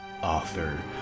author